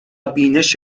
بینش